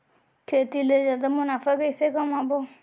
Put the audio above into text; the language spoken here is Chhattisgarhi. खेती ले जादा मुनाफा कइसने कमाबो?